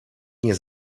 nie